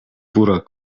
pura